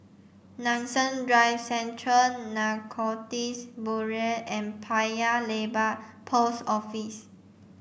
Nanson Drive Central Narcotics Bureau and Paya Lebar Post Office